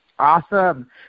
Awesome